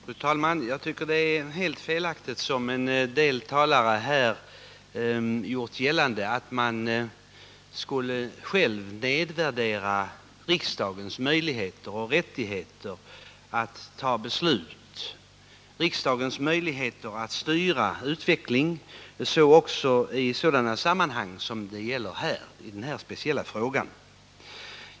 Fru talman! Jag tycker att det är helt felaktigt att, som en del talare här har försökt att göra, nedvärdera riksdagens möjligheter och rättigheter att fatta beslut, riksdagens möjligheter att styra utvecklingen, också i sådana sammanhang som den här speciella frågan gäller.